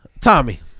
Tommy